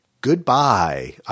Goodbye